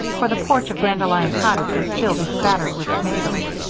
for the porch of dandelion cottage was still bespattered with tomatoes,